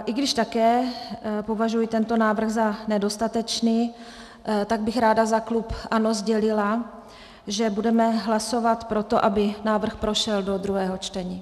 I když také považuji tento návrh za nedostatečný, tak bych ráda za klub ANO sdělila, že budeme hlasovat pro to, aby návrh prošel do druhého čtení.